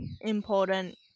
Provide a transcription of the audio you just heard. important